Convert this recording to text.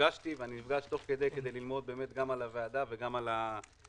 נפגשתי ואני נפגש כדי ללמוד על הוועדה ועל התפקיד.